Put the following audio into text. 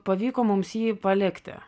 pavyko mums jį palikti